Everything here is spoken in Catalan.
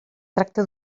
tracta